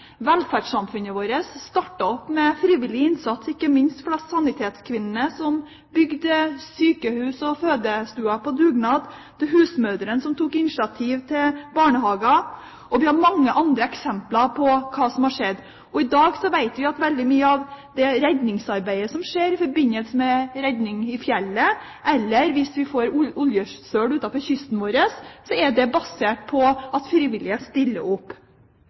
Velferdssamfunnet vårt startet med frivillig innsats – fra ikke minst sanitetskvinnene, som bygde sykehus og fødestuer på dugnad, til husmødrene som tok initiativ til barnehager. Vi har mange andre eksempler på hva som har skjedd. I dag vet vi at veldig mye av det redningsarbeidet som skjer – i forbindelse med redning i fjellet, eller hvis vi får oljesøl utenfor kysten vår – er basert på at frivillige stiller opp.